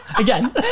Again